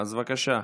בבקשה,